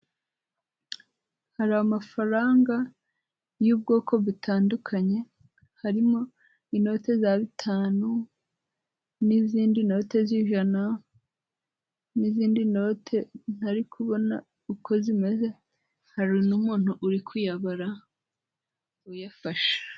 Hari amafaranga y'ubwoko butandukanye harimo inote za bitanu n'izindi note z'ijana n'izindi noti ntari kubona uko zimeze hari n'umuntu uri kuyabara uyafashe.